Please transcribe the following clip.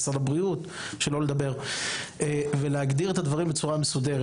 עם משרד הבריאות ולהגדיר את הדברים בצורה מסודרת.